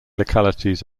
localities